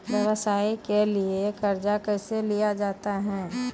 व्यवसाय के लिए कर्जा कैसे लिया जाता हैं?